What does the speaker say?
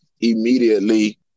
immediately